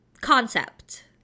concept